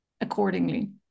accordingly